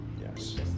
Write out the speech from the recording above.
Yes